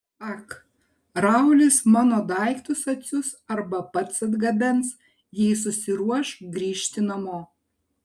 ak raulis mano daiktus atsiųs arba pats atgabens jei susiruoš grįžti namo